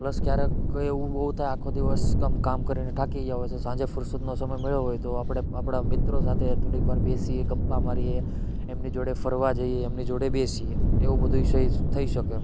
plus ક્યારેક એવું બહુ થાય આખો દિવસ આમ કામ કરીને થાકી ગયા હોય તો સાંજે ફુરસતનો સમય મળ્યો હોય તો આપણે આપણામિત્રો સાથે થોડીક વાર બેસીએ ગપ્પા મારીએ એમની જોડે ફરવા જઇએ એમની જોડે બેસીએ એવું બધુંય થઇ શકે